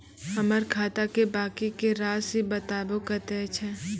हमर खाता के बाँकी के रासि बताबो कतेय छै?